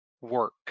work